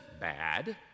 bad